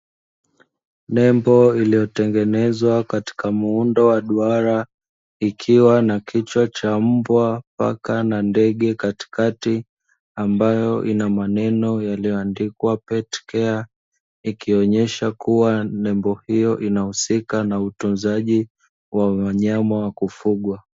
Nembo iliyotengenezwa katika muundo wa duara ikiwa na kichwa cha mbwa, paka na ndege katikati ambayo ina maneno yaliyoandikwa “keti kea” ikiwa inaonyesha kuwa nembo hiyo inahusika na utunzaji wa wanyama wa kufugwa.